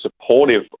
supportive